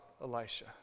Elisha